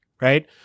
right